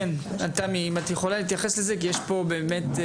תמי אם את יכולה להתייחס לזה, כי יש פה אתגר.